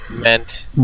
meant